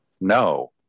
no